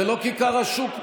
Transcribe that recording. זה לא כיכר השוק פה.